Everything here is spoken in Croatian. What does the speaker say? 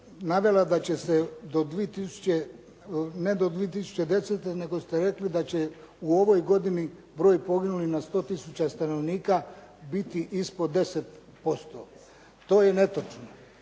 navela da će se ne do 2010., nego ste rekli da će u ovoj godini broj poginulih na 100 tisuća stanovnika biti ispod 10%. To je netočno.